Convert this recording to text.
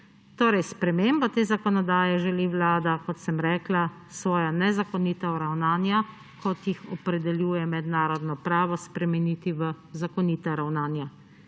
Torej, s spremembo te zakonodaje želi Vlada, kot sem rekla, svoja nezakonita ravnanja, kot jih opredeljuje mednarodno pravo, spremeniti v zakonita ravnanja